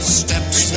steps